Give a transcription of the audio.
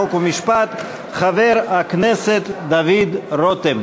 חוק ומשפט חבר הכנסת דוד רותם.